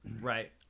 Right